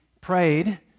prayed